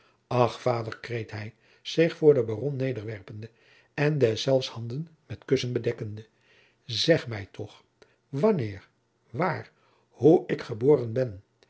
vader kreet hij zich voor den baron nederwerpende en deszelfs handen met kussen bedekkende zeg mij toch wanneer waar hoe ik geboren ben